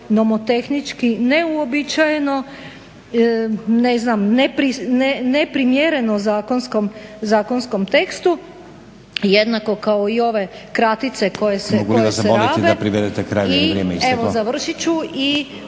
neuobičajeno, ne znam neprimjereno zakonskom tekstu jednako kao i ove kratice koje se rabe